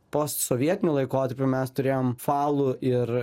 posovietiniu laikotarpiu mes turėjom falų ir